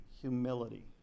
humility